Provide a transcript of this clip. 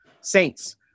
saints